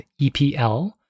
EPL